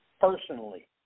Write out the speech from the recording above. personally